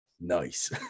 Nice